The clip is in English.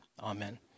Amen